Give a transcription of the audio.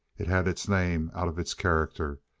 it had its name out of its character,